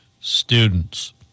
students